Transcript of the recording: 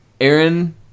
Aaron